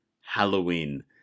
Halloween